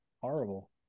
Horrible